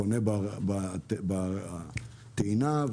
חונה בטעינה,